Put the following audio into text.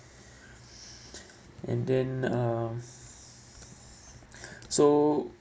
and then uh so